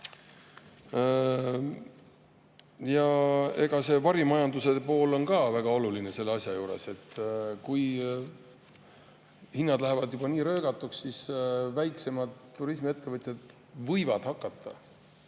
Ja see varimajanduse pool on ka väga oluline selle asja juures. Kui hinnad lähevad juba nii röögatuks, siis väiksemad turismiettevõtjad võivad hakata